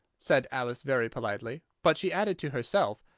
said alice very politely but she added, to herself,